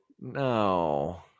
No